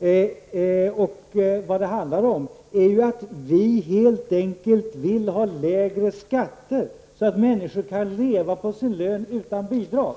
här tidigare. Vi moderater vill helt enkelt ha lägre skatter. Människor skall kunna leva på sin lön, utan bidrag.